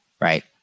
Right